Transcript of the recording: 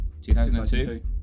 2002